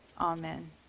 amen